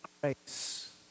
grace